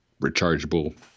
rechargeable